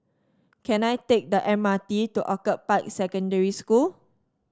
can I take the M R T to Orchid Park Secondary School